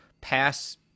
pass